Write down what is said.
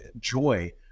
joy